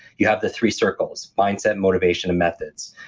you have the three circles mindset, motivation and methods.